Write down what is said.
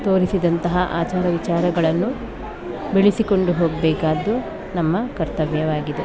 ತೋರಿಸಿದಂತಹ ಆಚಾರ ವಿಚಾರಗಳನ್ನು ಬೆಳೆಸಿಕೊಂಡು ಹೋಗಬೇಕಾದ್ದು ನಮ್ಮ ಕರ್ತವ್ಯವಾಗಿದೆ